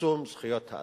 צמצום זכויות האדם,